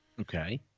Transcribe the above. Okay